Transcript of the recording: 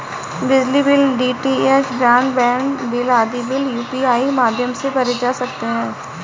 बिजली bill, DTH broadband bill आदि bill UPI माध्यम से भरे जा सकते हैं